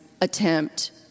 attempt